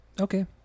Okay